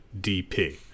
DP